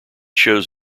shows